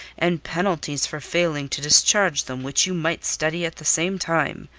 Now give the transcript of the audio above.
and penalties for failing to discharge them which you might study at the same time.